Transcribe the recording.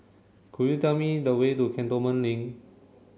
could you tell me the way to Cantonment Link